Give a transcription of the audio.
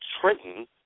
Trenton